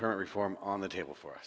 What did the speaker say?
reform on the table for